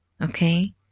Okay